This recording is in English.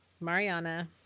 Mariana